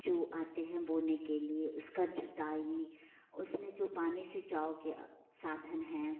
जो आते हैं बोने के लिए उसका जुताई उसमें जो पानी सिचाओ के साधन है